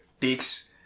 Takes